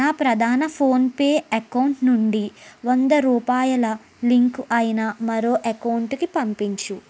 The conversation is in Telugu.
నా ప్రధాన ఫోన్పే అకౌంట్ నుండి వంద రూపాయల లింకు అయిన మరో అకౌంట్కి పంపించు